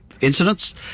incidents